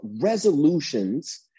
resolutions